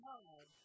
God